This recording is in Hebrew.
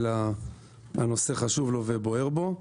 אלא הנושא חשוב לו ובוער בו.